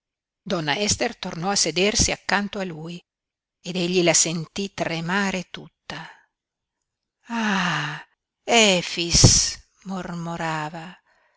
donna ester tornò a sedersi accanto a lui ed egli la sentí tremare tutta ah efix mormorava